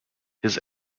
his